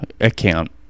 account